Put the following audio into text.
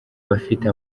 bafite